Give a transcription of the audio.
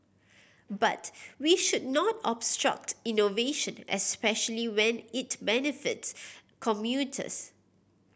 but we should not obstruct innovation especially when it benefits commuters